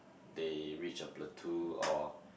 they reach a plateau or